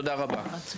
תודה רבה.